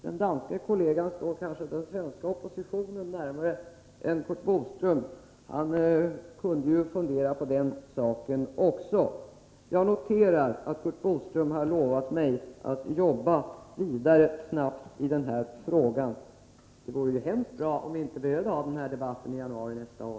Den danska kollegan står kanske den svenska oppositionen — hamn närmare än Curt Boström. Han kunde ju fundera på den saken också. Jag noterar att Curt Boström har lovat mig att snabbt arbeta vidare i denna fråga. Det vore ju hemskt bra om vi inte behövde ha en sådan här debatt i januari nästa år.